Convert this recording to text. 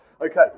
Okay